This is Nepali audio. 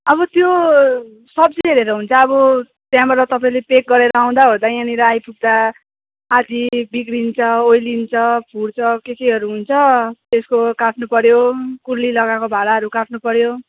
अब त्यो सब्जी हेरेर हुन्छ अब त्यहाँबाट तपाईँले प्याक गरेर आउँदा ओर्दा यहाँनिर आइपुग्दा आदि बिग्रिन्छ ओइलिन्छ फुट्छ के केहरू हुन्छ त्यसको काट्नुपऱ्यो कुल्ली लगाएको भाराहरू काट्नुपऱ्यो